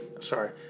Sorry